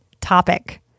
topic